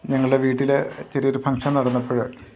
ഞങ്ങളുടെ വീട്ടിൽ ചെറിയൊരു ഫംഗ്ഷൻ നടന്നപ്പോൾ